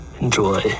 enjoy